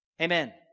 Amen